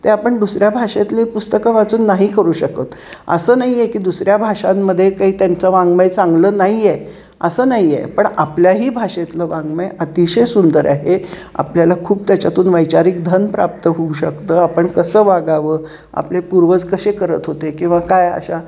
ते आपण दुसऱ्या भाषेतली पुस्तकं वाचून नाही करू शकत असं नाही आहे की दुसऱ्या भाषांमध्ये काही त्यांचं वाङ्मय चांगलं नाही आहे असं नाही आहे पण आपल्याही भाषेतलं वाङ्मय अतिशय सुंदर आहे आपल्याला खूप त्याच्यातून वैचारिक धन प्राप्त होऊ शकतं आपण कसं वागावं आपले पूर्वज कसे करत होते किंवा काय अशा